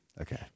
Okay